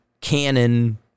Canon